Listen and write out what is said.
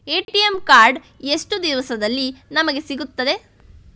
ATM card ಎಷ್ಟು ದಿವಸದಲ್ಲಿ ನಮಗೆ ಸಿಗುತ್ತದೆ?